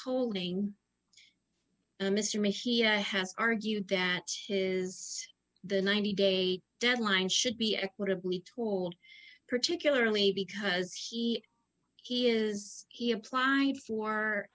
and mr mishra has argued that his the ninety day deadline should be equitably told particularly because he he is he applied for